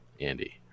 Andy